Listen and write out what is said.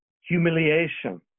humiliation